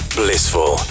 blissful